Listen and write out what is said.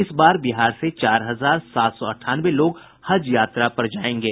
इस बार बिहार से चार हजार सात सौ अठानवे लोग हज यात्रा पर जायेंगे